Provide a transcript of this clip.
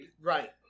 right